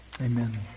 Amen